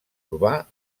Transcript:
urbà